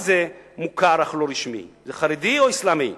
מה זה 'מוכר אך לא רשמי' זה חרדי או אסלאמי?